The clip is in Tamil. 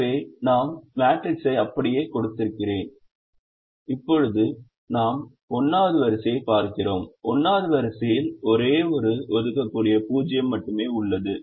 எனவே நான் மேட்ரிக்ஸை அப்படியே கொடுத்திருக்கிறேன் இப்போது நாம் 1 வது வரிசையைப் பார்க்கிறோம் 1 வது வரிசையில் ஒரே ஒரு ஒதுக்கக்கூடிய 0 மட்டுமே உள்ளது